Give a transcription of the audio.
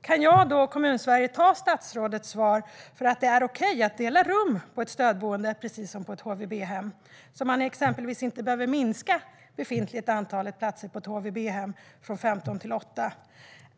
Kan jag och Kommunsverige ta statsrådets svar som att det är okej att dela rum på ett stödboende, precis som på ett HVB-hem, så att man exempelvis inte behöver minska de befintliga 15 platserna på ett HVB-hem till 8?